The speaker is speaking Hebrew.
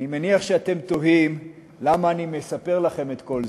אני מניח שאתם תוהים למה אני מספר לכם את כל זה.